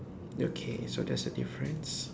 okay so there is a difference